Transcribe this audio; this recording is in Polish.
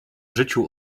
życiu